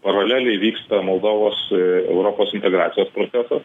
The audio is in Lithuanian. paraleliai vyksta moldovos europos integracijos procesas